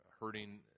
hurting